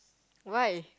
why